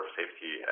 safety